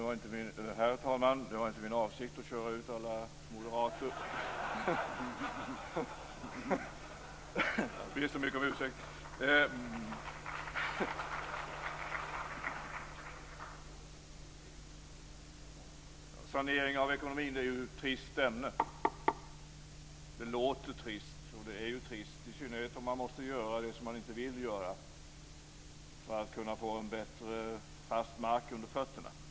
Herr talman! Det var inte min avsikt att köra ut alla moderater. Jag ber så mycket om ursäkt. Sanering av ekonomin är ett trist ämne. Det låter trist, och det är trist, i synnerhet om man måste göra det som man inte vill göra för att kunna få fast mark under fötterna.